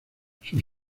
sus